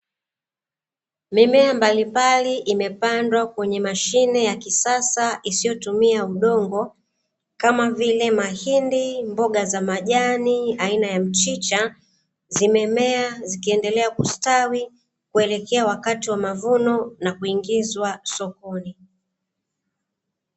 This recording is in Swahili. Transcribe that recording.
Mimea mbalimbali imepandwa kwenye mashine ya kisasa isiyotumia udongo kama vile mahindi, mboga za majani aina ya mchicha, zimemea zikiendelea kustawi kuelekea wakati wa mavuno na kuingizwa sokoni.